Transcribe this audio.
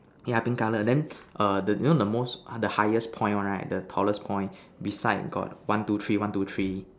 yeah pink color then err the you know the most the highest point one right the tallest point beside got one two three one two three